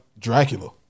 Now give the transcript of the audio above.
Dracula